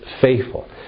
faithful